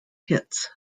hits